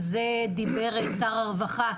שעל זה דיבר שר הרווחה,